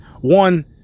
one